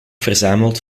verzameld